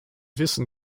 wissen